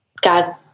god